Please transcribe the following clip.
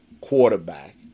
quarterback